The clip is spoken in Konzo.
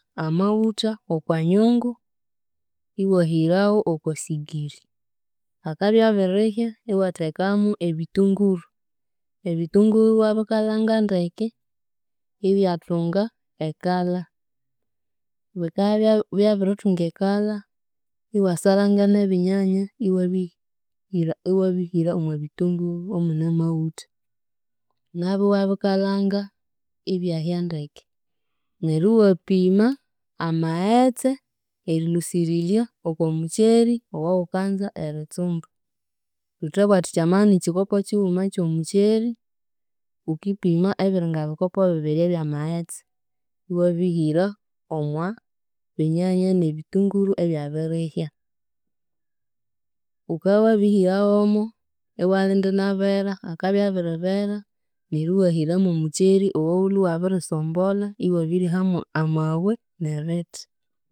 Amaghutha w'okwa nyungu, iwahirawu okwa sigiri, akabya abirihya iwathekamu ebitunguru, ebitunguru iwabikalhanga ndeke, ibyathunga e colour, bikabya byabi byabirithunga e colour, iwasaranga n'ebinyanya iwabihi iwabihira omwa bitunguru omune amaghutha, n'abyu iwabikalhanga ibyahya ndeke, neryo iwapima amaghetse erilhusirirya okwa mukyeri owawukanza eritsumba, thuthabugha thuthi amabya inikikopo kighuma eky'omukyeri, wukipima ebiringa bikopo bibiri eby'amaghetse iwabihira omwa binyanya n'omwa bitunguru ebyabirihya, wukabya wabirihira w'omo, iwalinda inabera, akabya inabiribera n'eryo iwahira mw'omukyeri owawulwe iwabirisombolha iwabirihamu amabwe n'ebithi.